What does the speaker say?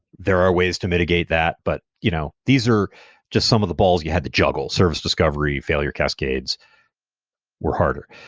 there are ways to mitigate that. but you know these are just some of the balls you had to juggle. service discovery, failure cascades were harder.